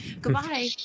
goodbye